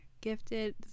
gifted